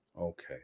Okay